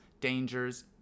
Dangers